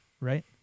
right